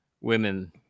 women